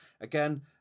Again